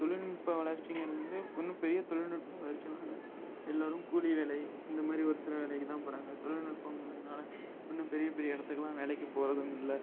தொழில்நுட்ப வளர்ச்சிங்கிறது ஒன்றும் பெரிய தொழில்நுட்ப வளர்ச்சிலாம் எல்லோரும் கூலி வேலை இந்த மாதிரி ஒரு சில வேலைக்கு தான் போகிறாங்க தொழில்நுட்பம் வந்ததுனால் ஒன்றும் பெரிய பெரிய எடத்துக்கெல்லாம் வேலைக்கு போகிறதுமில்ல